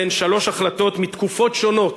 אלה הן שלוש החלטות מתקופות שונות